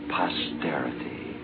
posterity